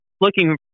looking